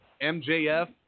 MJF